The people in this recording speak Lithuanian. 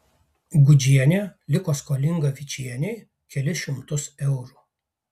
gudžienė liko skolinga vičienei kelis šimtus eurų